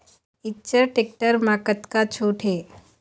Eicher tractor म कतका छूट हे?